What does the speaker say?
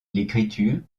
l’écriture